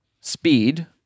speed